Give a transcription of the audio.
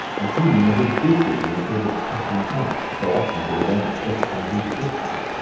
and seeming as if gifted with a sort of second sight, so often did events justify his predictions.